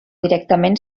directament